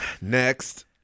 Next